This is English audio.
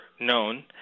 known